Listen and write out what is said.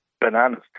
bananas